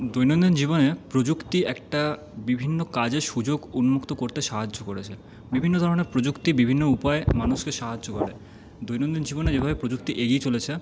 দৈনন্দিন জীবনে প্রযুক্তি একটা বিভিন্ন কাজের সুযোগ উন্মুক্ত করতে সাহায্য করেছে বিভিন্ন ধরনের প্রযুক্তি বিভিন্ন উপায়ে মানুষকে সাহায্য করে দৈনন্দিন জীবনে যেভাবে প্রযুক্তি এগিয়ে চলেছে